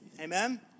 Amen